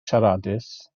siaradus